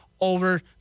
over